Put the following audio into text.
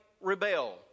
rebel